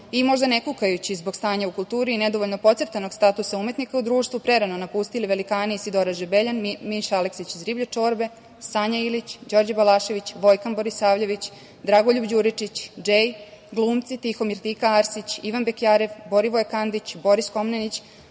i možda nekukajući zbog stanja u kulturi i nedovoljno pocrtanog statusa umetnika u društvu prerano napustili velikani Isidora Žebeljan, Miša Aleksić iz Riblje čorbe, Sanja Ilić, Đorđe Balašević, Vojkan Borisavljević, Dragoljub Đuričić, Džej, glumci – Tihomir Tika Arsić, Ivan Bekjarev, Borivoje Kandić, Boris Komnenić,